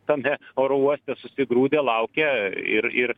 tame oro uoste susigrūdę laukia ir ir